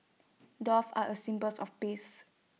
doves are A symbols of peace